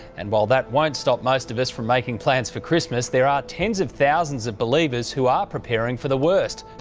and while that won't stop the most of us from making plans for christmas, there are tens of thousands of believers who are preparing for the worst.